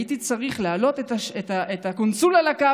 הייתי צריך להעלות את הקונסול על הקו